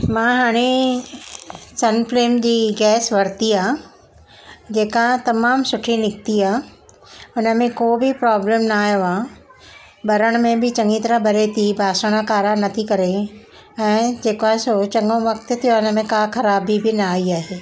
मां हाणे सन फ्लेम जी गैस वरिती आहे जेका तमामु सुठी निकिती आहे उनमें को बि प्रॉब्लम न आयो आहे ॿरण में बि चङी तरह ॿरे थी बासण कारा नथी करे ऐं जेको आहे सो चङो वक़्तु थियो आहे हुनमें का ख़राबी बि न आई आहे